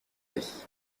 avis